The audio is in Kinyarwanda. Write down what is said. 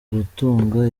gutunga